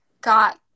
got